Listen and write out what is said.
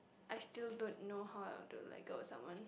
I still don't know how to let go of someone